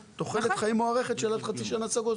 (תוחלת חיים מוערכת של עד חצי שנה)".